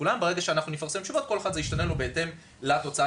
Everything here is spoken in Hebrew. ברגע שנפרסם תשובות זה ישתנה לכל אחד לפי התוצאה